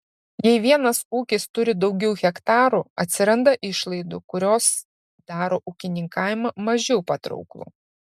jei vienas ūkis turi daugiau hektarų atsiranda išlaidų kurios daro ūkininkavimą mažiau patrauklų